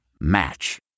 Match